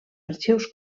arxius